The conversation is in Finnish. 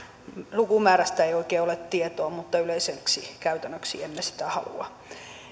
lukumäärästä ei oikein ole tietoa mutta yleiseksi käytännöksi emme sitä halua